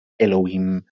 Elohim